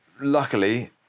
Luckily